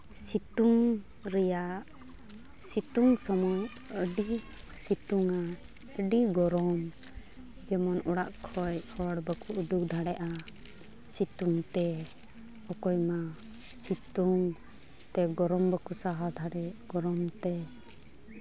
ᱥᱤᱛᱩᱝ ᱨᱮᱭᱟᱜ ᱥᱤᱛᱩᱝ ᱥᱚᱢᱚᱭ ᱟᱹᱰᱤ ᱥᱤᱛᱩᱝᱟ ᱟᱹᱰᱤ ᱜᱚᱨᱚᱢ ᱡᱮᱢᱚᱱ ᱚᱲᱟᱜ ᱠᱷᱚᱡ ᱦᱚᱲ ᱵᱟᱠᱚ ᱩᱰᱩᱠ ᱫᱟᱲᱮᱜᱼᱟ ᱥᱤᱛᱩᱝ ᱛᱮ ᱚᱠᱚᱭ ᱢᱟ ᱥᱤᱛᱩᱝ ᱛᱮ ᱜᱚᱨᱚᱢ ᱵᱟᱠᱚ ᱥᱟᱦᱟᱣ ᱫᱟᱲᱮᱭᱟᱜ ᱜᱚᱨᱚᱢ ᱛᱮ